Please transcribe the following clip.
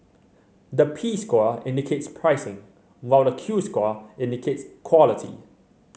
the P score indicates pricing while the Q score indicates quality